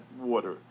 water